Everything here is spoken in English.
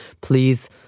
Please